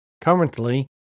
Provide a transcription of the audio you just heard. currently